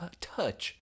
touch